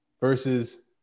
versus